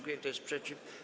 Kto jest przeciw?